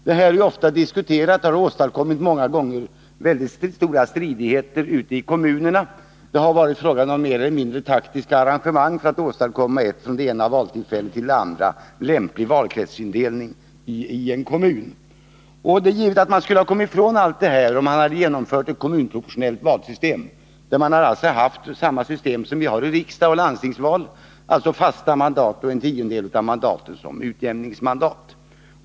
Denna fråga är ofta diskuterad, och den har många gånger åstadkommit stora stridigheter i kommunerna. Det har varit fråga om mer eller mindre taktiska arrangemang för att åstadkomma en från det ena valtillfället till det andra lämplig valkretsindelning i en kommun. Det är givet att man skulle ha kommit ifrån allt detta, om man hade genomfört ett kommunproportionellt valsystem, dvs. samma system som vid riksdagsoch landstingsval med fasta mandat och en tiondel av mandaten som utjämningsmandat.